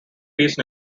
peace